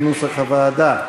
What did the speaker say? כנוסח הוועדה.